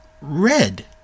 red